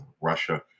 Russia